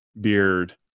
beard